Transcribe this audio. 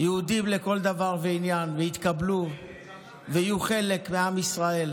יהודים לכל דבר ועניין ויתקבלו ויהיו חלק מעם ישראל?